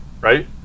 right